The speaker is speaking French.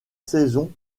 saison